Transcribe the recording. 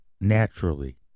Naturally